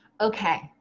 Okay